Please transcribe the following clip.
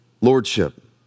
lordship